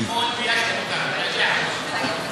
אתמול ביישתם אותנו.